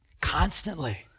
constantly